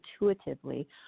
intuitively